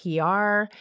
PR